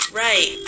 right